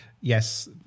yes